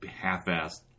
half-assed